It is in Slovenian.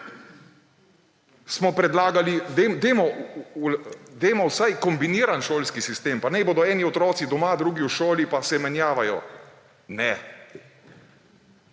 Smo predlagali, dajmo vsaj kombinirani šolski sistem, naj bodo eni otroci doma, drugi v šoli pa se menjavajo. Ne.